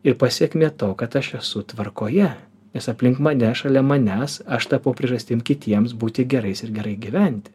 ir pasekmė to kad aš esu tvarkoje nes aplink mane šalia manęs aš tapau priežastim kitiems būti gerais ir gerai gyvent